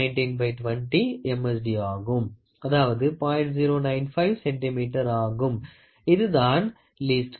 095 centimetre ஆகும் இதுதான் least count